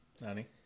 Nani